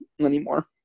anymore